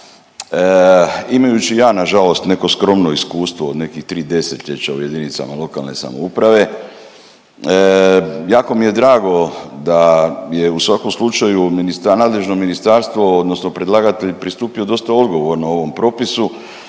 imajući i ja nažalost neko skromno iskustvo od nekih tri desetljeća u jedinicama lokalne samouprave. Jako mi je drago da je u svakom slučaju nadležno ministarstvo odnosno predlagatelj pristupio dosta odgovorno o ovom propisu,